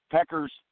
Pecker's